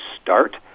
start